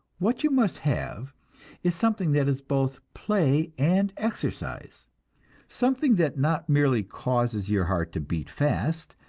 what you must have is something that is both play and exercise something that not merely causes your heart to beat fast,